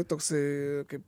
toksai kaip